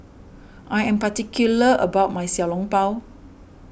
I am particular about my Xiao Long Bao